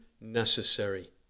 necessary